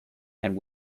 and